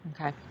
Okay